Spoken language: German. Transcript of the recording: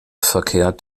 verkehrt